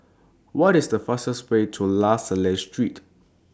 What IS The fastest Way to La Salle Street